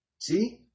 See